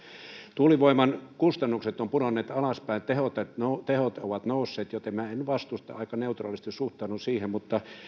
tuulivoiman kustannukset ovat pudonneet alaspäin ja tehot ovat nousseet joten minä en vastusta aika neutraalisti suhtaudun siihen mutta